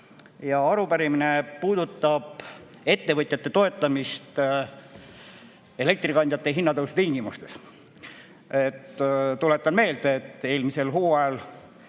Arupärimine puudutab ettevõtjate toetamist elektrikandjate hindade tõusu tingimustes. Tuletan meelde, et eelmisel hooajal